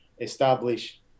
establish